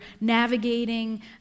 navigating